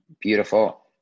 beautiful